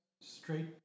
straight